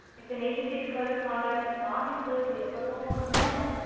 if an agency's code of conduct does not include the applicable components,